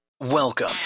Welcome